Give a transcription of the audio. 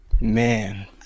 Man